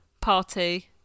party-